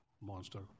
monster